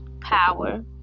power